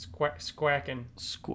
squacking